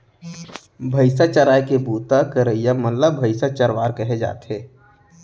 भईंसा चराए के बूता करइया मन ल भईंसा चरवार कहे जाथे